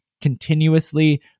continuously